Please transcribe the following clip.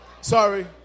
sorry